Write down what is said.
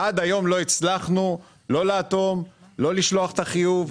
ועד היום לא הצלחנו לאטום או לשלוח את החיוב.